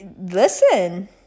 Listen